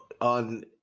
on